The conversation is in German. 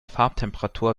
farbtemperatur